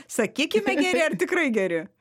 sakykime geri ar tikrai geri